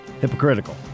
hypocritical